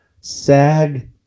SAG